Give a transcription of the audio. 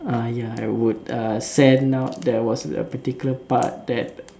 uh ya I would uh send out there was a particular part that uh